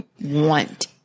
want